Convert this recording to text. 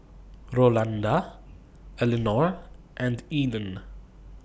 Rolanda Elinor and Eden